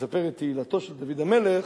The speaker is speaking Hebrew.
שמספר את תהילתו של דוד המלך,